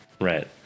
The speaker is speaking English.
Right